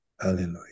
Hallelujah